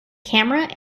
camera